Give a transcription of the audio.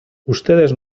ustedes